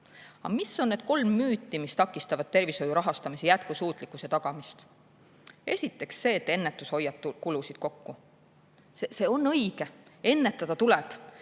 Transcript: mis on need kolm müüti, mis takistavad tervishoiu rahastamise jätkusuutlikkuse tagamist? Esiteks see, et ennetus hoiab kulusid kokku. See on õige, ennetada tuleb,